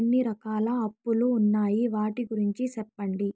ఎన్ని రకాల అప్పులు ఉన్నాయి? వాటి గురించి సెప్పండి?